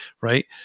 right